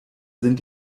sind